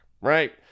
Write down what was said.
right